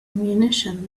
ammunition